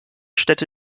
städte